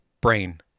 brain